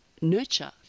nurture